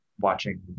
watching